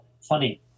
funny